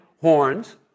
horns